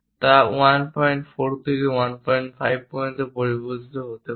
তা 14 থেকে 15 পর্যন্ত পরিবর্তিত হতে পারে